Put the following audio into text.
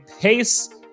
Pace